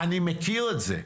אני מכיר את זה.